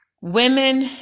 women